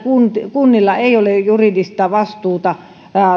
kunnilla ei ole juridista vastuuta